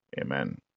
Amen